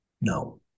No